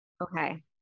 Okay